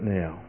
now